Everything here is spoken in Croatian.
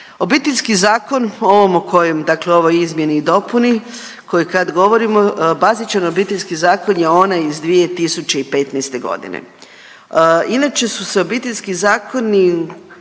Obiteljski zakon, ovom o kojem, dakle o ovoj izmjeni i dopuni koji kad govorimo bazičan Obiteljski zakon je onaj iz 2015.g.. Inače su se Obiteljski zakoni